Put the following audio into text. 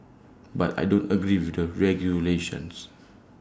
but I don't agree with the regulations